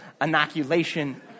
inoculation